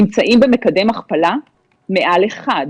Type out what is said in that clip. נמצאים במקדם הכפלה מעל אחד,